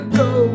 go